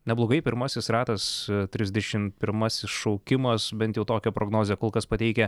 neblogai pirmasis ratas trisdešim pirmasis šaukimas bent jau tokią prognozę kol kas pateikia